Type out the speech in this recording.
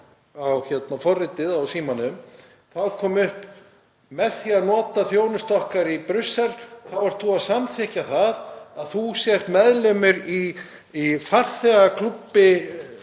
á forritið á símanum þá kom upp: Með því að nota þjónustu okkar í Brussel þá ert þú að samþykkja það að þú sért meðlimur í farþegaklúbbi